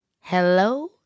Hello